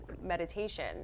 meditation